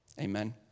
Amen